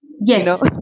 yes